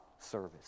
service